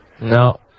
No